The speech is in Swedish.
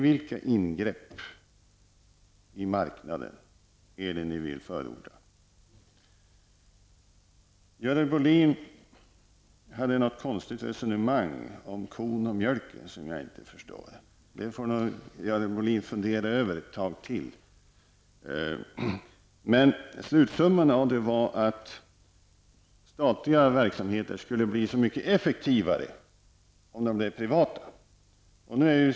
Vilka ingrepp i marknaden vill ni förorda? Görel Bohlin förde ett underligt resonemang som jag inte förstod om kor och mjölk. Det får nog Görel Bohlin fundera över ett tag till. Slutsatsen av resonemanget var att statliga verksamheter skulle bli mycket mer effektiva om de blev privata.